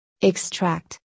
extract